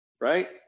Right